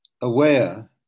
aware